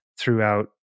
throughout